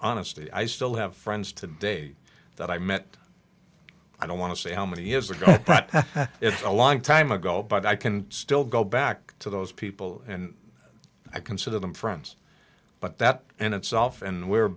honesty i still have friends today that i met i don't want to say how many years ago but it's a long time ago but i can still go back to those people and i consider them friends but that in itself and we're